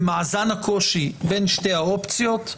במאזן הקושי בין שתי האופציות,